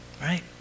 right